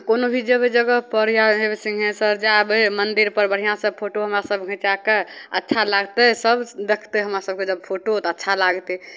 आब कोनो भी जएबै जगहपर या हेबे सिँहेश्वर जएबै मन्दिरपर बढ़िआँसे फोटो हमरासभ घिचैके अच्छा लागतै सभ देखतै हमरा सभके जब फोटो तऽ अच्छा लागतै